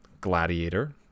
Gladiator